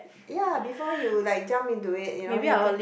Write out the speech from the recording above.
ya before you like jump into it you know you can